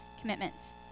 commitments